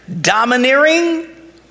domineering